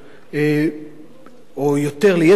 ליתר דיוק,